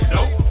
Nope